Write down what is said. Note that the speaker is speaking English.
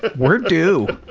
but we're due!